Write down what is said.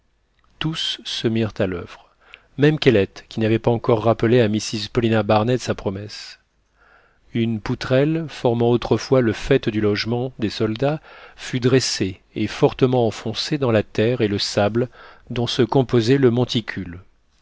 tous se mirent à l'oeuvre même kellet qui n'avait pas encore rappelé à mrs paulina barnett sa promesse une poutrelle formant autrefois le faîte du logement des soldats fut dressée et fortement enfoncée dans la terre et le sable dont se composait le monticule